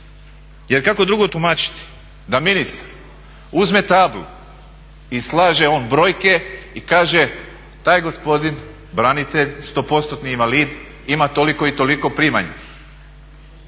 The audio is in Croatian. Jer kako drukčije tumačiti da ministar uzme tablu i slaže on brojke i kaže taj gospodin branitelj, 100%-ni invalid ima toliko i toliko primanje.